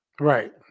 Right